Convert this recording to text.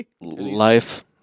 life